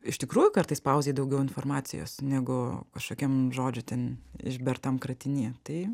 iš tikrųjų kartais pauzėj daugiau informacijos negu kažkokiam žodžių ten išbertam kratiny tai